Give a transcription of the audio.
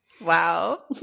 Wow